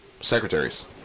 secretaries